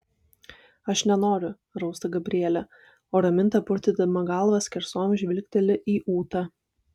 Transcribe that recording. aš nenoriu rausta gabrielė o raminta purtydama galvą skersom žvilgteli į ūtą